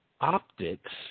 optics